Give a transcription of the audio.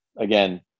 again